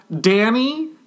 Danny